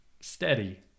steady